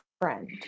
friend